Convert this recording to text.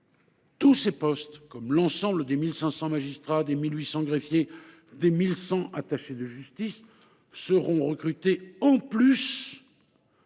Tous ces postes, comme l’ensemble des 1 500 magistrats, des 1 800 greffiers et des 1 100 attachés de justice, feront l’objet d’un